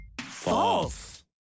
False